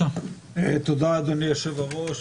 תודה אדוני היושב ראש.